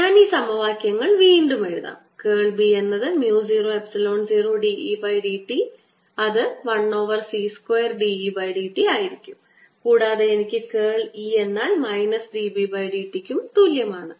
ഞാൻ ഈ സമവാക്യങ്ങൾ വീണ്ടും എഴുതാം കേൾ B എന്നത് mu 0 epsilon 0 d E by d t അത് 1 over C square d E d t ആയിരിക്കും കൂടാതെ എനിക്ക് കേൾ E എന്നാൽ minus d B d t ക്ക് തുല്യമാണ്